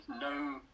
no